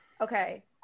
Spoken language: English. Okay